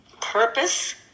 purpose